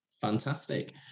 fantastic